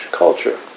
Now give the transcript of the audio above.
culture